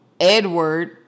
Edward